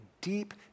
deep